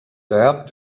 dared